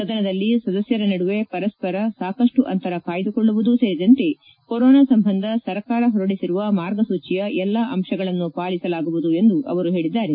ಸದನದಲ್ಲಿ ಸದಸ್ನರ ನಡುವೆ ಪರಸ್ವರ ಸಾಕಷ್ಟು ಅಂತರ ಕಾಯ್ಲುಕೊಳ್ಳುವುದೂ ಸೇರಿದಂತೆ ಕೊರೋನಾ ಸಂಬಂಧ ಸರ್ಕಾರ ಹೊರಡಿಸಿರುವ ಮಾರ್ಗಸೂಚಿಯ ಎಲ್ಲ ಅಂಶಗಳನ್ನೂ ಪಾಲಿಸಲಾಗುವುದು ಎಂದು ಅವರು ಹೇಳಿದ್ದಾರೆ